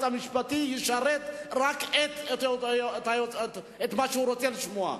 המשפטי ישרת רק את מה שהוא רוצה לשמוע,